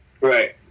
Right